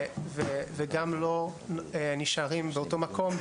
הם לא נשארים באותו מקום.